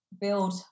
build